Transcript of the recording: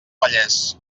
vallès